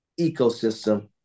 ecosystem